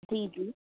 जी जी